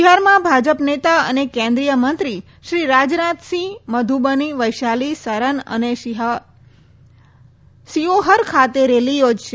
બિહારમાં ભાજપ નેતા અને કેન્દ્રીય મંત્રી શ્રીરાજનાથસિંહ મધુબની વૈશાલી સરન અને શિઓહર ખાતે રેલી યોજશે